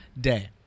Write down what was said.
day